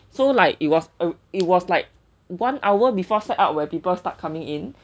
so like it was it was like one hour before set out where people start coming in